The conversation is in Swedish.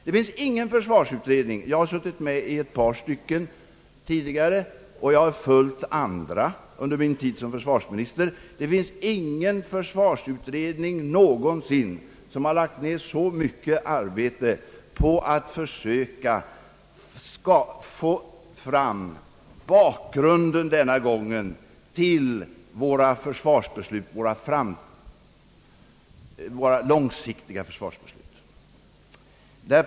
Det finns inte någon tidigare försvarsutredning — jag har suttit med i ett par stycken och jag har följt andra under min tid som statsråd — som någonsin har lagt ned så mycket arbete på att försöka att få fram bakgrunden till våra långsiktiga försvarsbeslut.